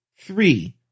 Three